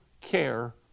care